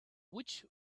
which